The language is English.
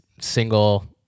single